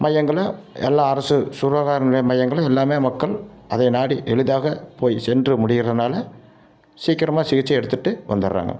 மையங்களை எல்லா அரசு சுகாதார நிலைய மையங்களும் எல்லாமே மக்கள் அதை நாடி எளிதாக போய் சென்று முடியறனால சீக்கிரமாக சிகிச்சை எடுத்துகிட்டு வந்துடறாங்க